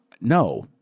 No